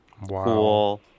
Wow